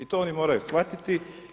I to oni moraju shvatiti.